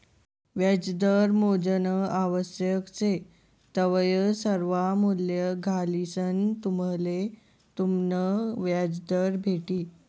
व्याजदर मोजानं आवश्यक शे तवय सर्वा मूल्ये घालिसंन तुम्हले तुमनं व्याजदर भेटी